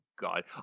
God